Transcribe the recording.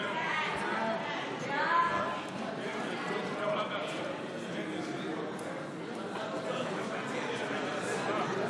ההצעה להעביר את הצעת החוק לביטול אזרחותו או תושבותו של